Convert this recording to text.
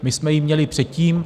My jsme ji měli předtím.